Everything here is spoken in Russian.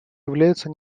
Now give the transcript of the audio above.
является